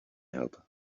help